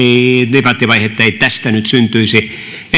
pitkää debattivaihetta ei tästä nyt syntyisi